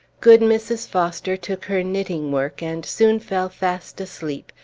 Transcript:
good mrs. foster took her knitting-work, and soon fell fast asleep,